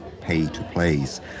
pay-to-plays